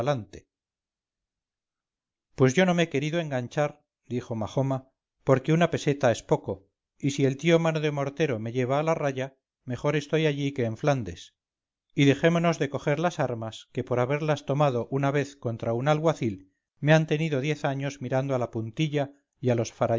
pues yo no me he querido enganchar dijo majoma porque una peseta es poco y si el tío mano de mortero me lleva a la raya mejor estoy allí que en flandes y dejémonos de coger las armas que por haberlas tomadouna vez contra un alguacil me han tenido diez años mirando a la puntilla y a los